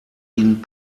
ihn